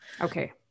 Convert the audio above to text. Okay